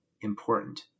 important